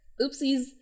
Oopsies